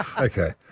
Okay